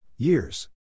Years